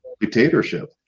dictatorship